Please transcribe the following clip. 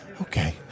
Okay